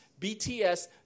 BTS